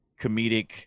comedic